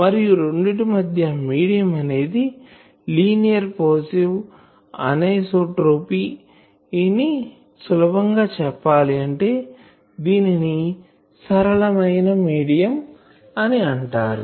మరియు రెండిటి మధ్య మిడియం అనేది లీనియర్ పాసివ్ అనైసోట్రోపీ సులభం గా చెప్పాలి అంటే దీనిని సరళమైన మిడియం అని అంటారు